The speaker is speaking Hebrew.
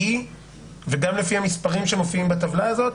וגם לפי המספרים שמופיעים בטבלה הזאת,